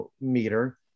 meter